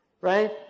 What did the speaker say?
Right